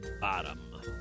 bottom